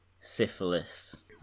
Syphilis